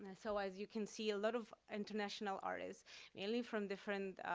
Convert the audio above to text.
and so as you can see, a lot of international artists really from different